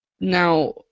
now